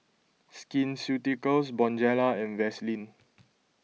Skin Ceuticals Bonjela and Vaselin